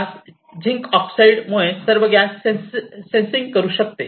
त्या झिंक ऑक्साईडमुळे सर्व गॅस सेन्स करू शकते